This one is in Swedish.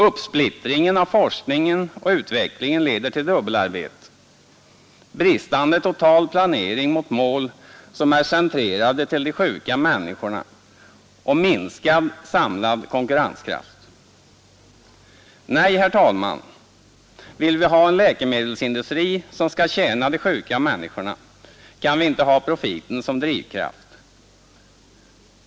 Uppsplittringen av forskningen och utvecklingen leder till dubbelarbete, bristande totalplanering mot mål som är centrerade till de sjuka människorna och minskad samlad konkurrenskraft. 4 Nej, herr talman, vill vi ha en läkemedelsindustri som skall tjäna de sjuka människorna, kan vi inte ha profiten som drivkraft.